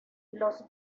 los